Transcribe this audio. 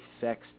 sex